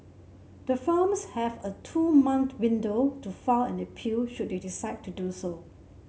the firms have a two month window to file an appeal should they decide to do so